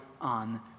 on